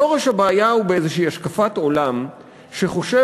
שורש הבעיה הוא באיזו השקפת עולם שחושבת